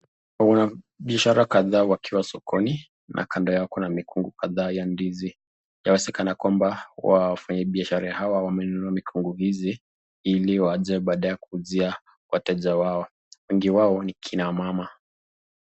Mwanamke amesimama karibu na mti mkubwa. Amebeba mtoto mdogo ambaye analia. Mtoto amevaa koti la rangi ya kijani na suruali nyeupe. Mwanamke amevaa nguo za rangi ya bluu na anaonekana amechoka. Nyuma yao kuna gari dogo la rangi nyeusi. Juu ya gari kuna ndege wawili wadogo. Chini ya mti kuna maua mekundu. Mwanaume amesimama mbele ya gari na anaongea na simu. Watu wengine wanatembea kwa mbali.